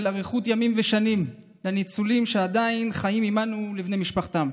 אריכות ימים ושנים לניצולים שעדיין חיים עימנו ולבני משפחתם.